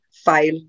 file